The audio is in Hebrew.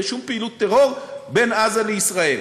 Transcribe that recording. שום פעילות טרור בין עזה לישראל.